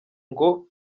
ngo